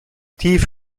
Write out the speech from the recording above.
tief